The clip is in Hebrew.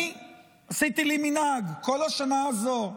אני עשיתי לי מנהג, כל השנה הזאת,